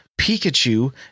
Pikachu